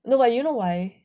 no but you know why